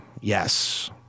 Yes